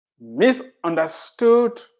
misunderstood